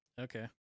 Okay